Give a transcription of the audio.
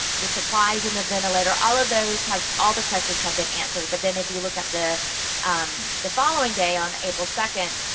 the supplies and the ventilator, all of those, all the questions have been answered. but then if you look at the um the following day on april second,